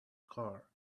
car